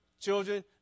children